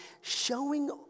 showing